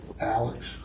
Alex